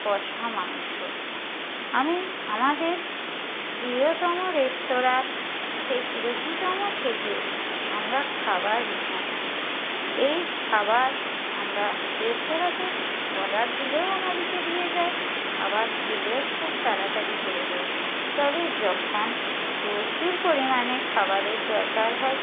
কষা মাংস আমি আমাদের প্রিয়তম রেস্তোরাঁ থেকে রুচিতম থেকে আমরা খাবার নিয়ে আসি এই খাবার আমরা রেস্তোরাঁতে অর্ডার দিলেও আমাদেরকে দিয়ে যায় আবার গেলেও খুব তাড়াতাড়ি করে দেয় তবে যখন প্রচুর পরিমাণে খাবারের দরকার হয়